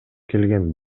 келген